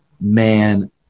man